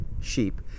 sheep